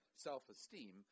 self-esteem